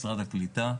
משרד הקליטה,